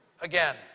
again